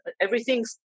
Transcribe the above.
Everything's